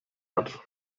hat